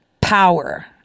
power